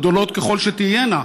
גדולות ככל שתהיינה,